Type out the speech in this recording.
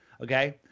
okay